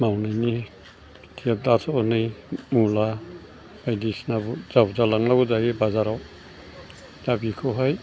मावनायनि दासो हनै मुला बायदिसिना बुरजा बुरजा लांब्लाबो जायो बाजाराव दा बिखौहाय